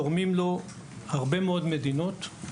תורמות לו מדינות רבות.